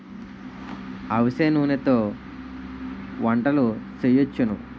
అవిసె నూనెతో వంటలు సేయొచ్చును